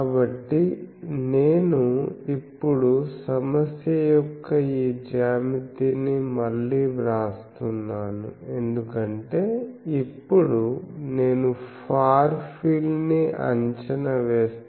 కాబట్టి నేను ఇప్పుడు సమస్య యొక్క ఈ జ్యామితిని మళ్ళీ వ్రాస్తున్నాను ఎందుకంటే ఇప్పుడు నేను ఫార్ ఫీల్డ్ ని అంచనా వేస్తాను